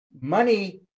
money